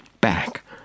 back